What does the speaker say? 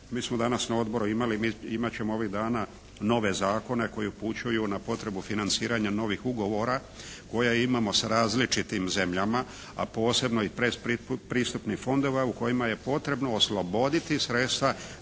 mi smo danas na odboru imali, imat ćemo ovih dana nove zakone koji upućuju na potrebu financiranja novih ugovora koja imamo sa različitim zemljama, a posebno i predpristupnih fondova u kojima je potrebno osloboditi sredstva